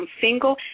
single